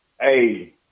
hey